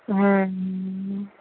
હમ્મ